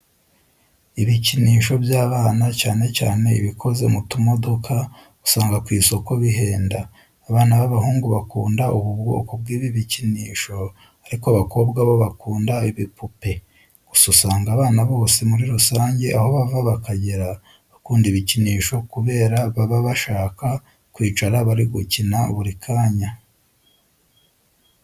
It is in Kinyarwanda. Ibikinisho by'abana cyane cyane ibikoze mu tumodoka usanga ku isoko bihenda. Abana b'abahungu bakunda ubu bwoko bw'ibikinisho ariko abakobwa bo bakunda ibipupe, gusa abana bose muri rusange aho bava bakagera bakunda ibikinisho kubera baba bashaka kwicara bari gukina buri kanya.